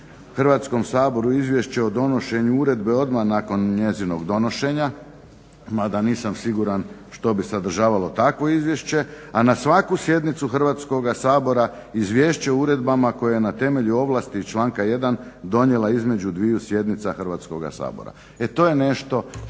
Hrvatskom saboru izvješće o donošenju uredbe odmah nakon njezinog donošenja, ma da nisam siguran što bi sadržavalo takvo izvješće, a na svaku sjednicu Hrvatskoga sabora izvješće o uredbama koje je na temelju ovlasti iz članka 1. donijela između dviju sjednica Hrvatskoga sabora. E, to je nešto što